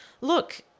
look